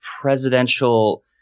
presidential